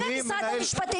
הנה משרד המשפטים,